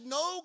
no